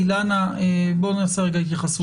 אילנה בוא נעשה רגע התייחסות.